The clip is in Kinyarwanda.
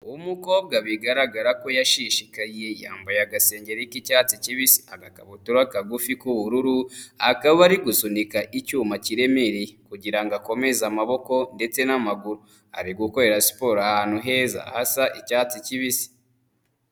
Ukobwa bigaragara ko yashishikaye yambaye agasengengeri k'icyatsi kibisi, agakabuturara kagufi k'ubururu, akaba ari gusunika icyuma kiremereye kugira ngo akomeze amaboko ndetse n'amaguru. Ari gukorera siporo ahantu heza hasa icyatsi kibisi.